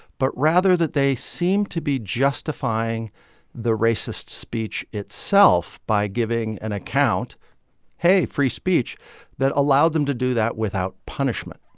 but rather that they seem to be justifying the racist speech itself by giving an account hey, free speech that allowed them to do that without punishment